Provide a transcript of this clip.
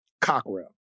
Cockrell